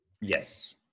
Yes